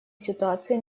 ситуации